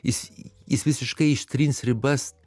jis jis visiškai ištrins ribas